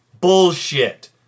bullshit